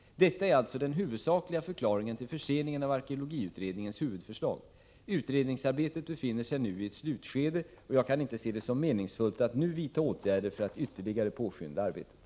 Detta är alltså den huvudsakliga förklaringen till förseningen av arkeologiutredningens huvudförslag. Utredningsarbetet befinner sig f.n. i ett slutskede, och jag kan inte se det som meningsfullt att nu vidta åtgärder för att ytterligare påskynda arbetet.